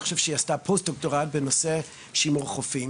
אני חושב שהיא עשתה פוסט דוקטורט בנושא שימור חופים.